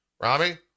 Rami